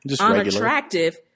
unattractive